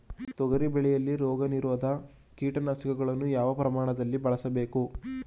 ತೊಗರಿ ಬೆಳೆಯಲ್ಲಿ ರೋಗನಿರೋಧ ಕೀಟನಾಶಕಗಳನ್ನು ಯಾವ ಪ್ರಮಾಣದಲ್ಲಿ ಬಳಸಬೇಕು?